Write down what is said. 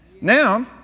Now